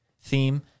theme